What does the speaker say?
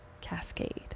cascade